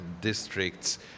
districts